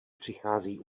přichází